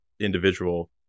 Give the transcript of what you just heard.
individual